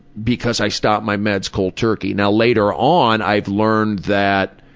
because i stopped my meds cold turkey. now later on i've learned that,